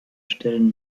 stellen